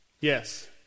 Yes